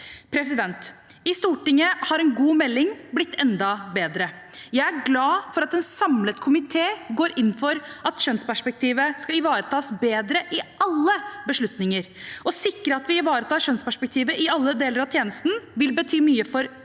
barselomsorg. I Stortinget har en god melding blitt enda bedre. Jeg er glad for at en samlet komité går inn for at kjønnsperspektivet skal ivaretas bedre i alle beslutninger. Å sikre at vi ivaretar kjønnsperspektivet i alle deler av tjenesten, vil bety mye for